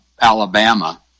Alabama